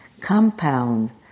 compound